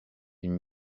une